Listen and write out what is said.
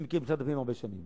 אני מכיר את משרד הפנים הרבה שנים